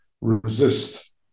resist